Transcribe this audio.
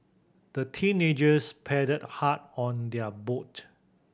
the teenagers paddled hard on their boat